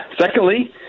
secondly